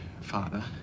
father